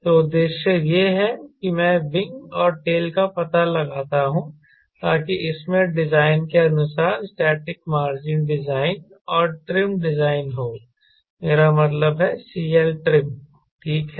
तो उद्देश्य यह है कि मैं विंग और टेल का पता लगाता हूं ताकि इसमें डिजाइन के अनुसार स्टैटिक मार्जिन डिजाइन और ट्रिम डिजाइन हो मेरा मतलब है CLtrim ठीक है